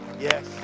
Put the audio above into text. yes